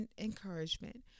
encouragement